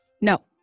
no